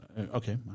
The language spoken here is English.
okay